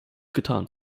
getan